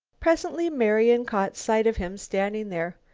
presently marian caught sight of him standing there.